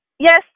Yes